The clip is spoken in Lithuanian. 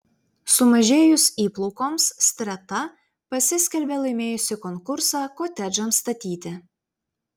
sumažėjus įplaukoms streta pasiskelbė laimėjusi konkursą kotedžams statyti